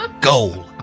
Goal